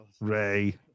Ray